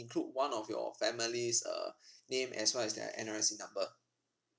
include one of your family's uh name as well as their NRIC number